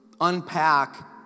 unpack